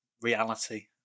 reality